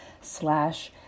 slash